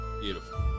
Beautiful